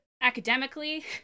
academically